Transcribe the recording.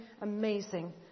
amazing